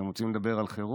אתם רוצים לדבר על חירום?